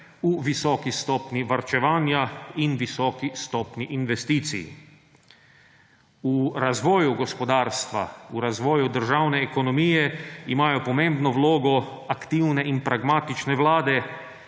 v visoki stopnji varčevanja in visoki stopnji investicij. V razvoju gospodarstva, v razvoju državne ekonomije, imajo pomembno vlogo aktivne in pragmatične vlade,